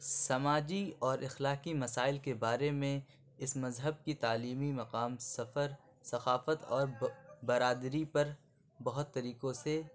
سماجی اور اخلاقی مسائل کے بارے میں اس مذہب کی تعلیمی مقام سفر ثقافت اور برادری پر بہت طریقوں سے